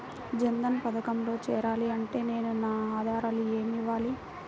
జన్ధన్ పథకంలో చేరాలి అంటే నేను నా ఆధారాలు ఏమి ఇవ్వాలి?